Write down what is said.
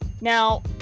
now